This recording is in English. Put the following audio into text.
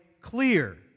clear